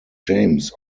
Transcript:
james